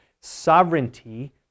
sovereignty